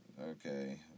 Okay